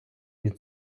він